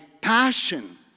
passion